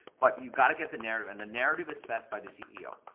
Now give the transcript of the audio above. but you gotta get the narrative, and the narrative is set by the ceo.